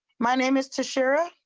my name is to share a.